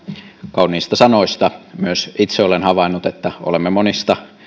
kauniista sanoista myös itse olen havainnut että olemme monista